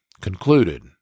concluded